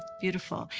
beautiful!